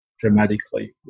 dramatically